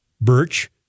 Birch